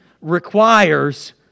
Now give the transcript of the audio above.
requires